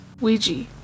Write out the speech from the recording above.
Ouija